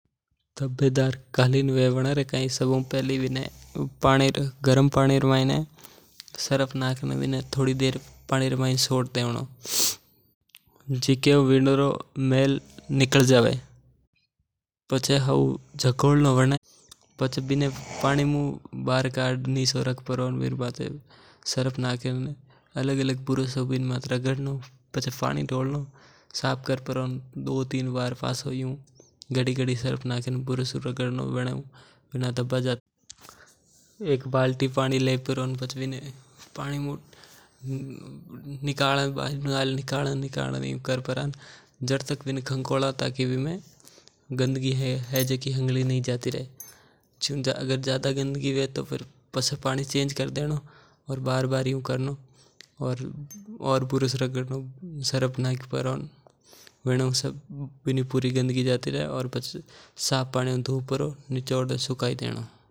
धब्बेदार कालीन हवे वण ने साफ करना हरू सब हु पहिली गरम पानी में सर्फ नाक ने बण में छोड़ देवणो। पाछे हउ झाकोलणो विने पाछे बण ने बाहर निकाल ने हगड़ो ब्रश फेरणो। अलग अलग ब्रश हु सर्फ नाक नाक ने बण पर फेरणो जिके हु पुरो मेल निकल जाई।